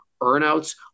earnouts